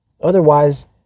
Otherwise